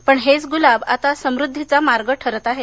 पण हेच गुलाब आता समृद्धीचा मार्ग ठरत आहेत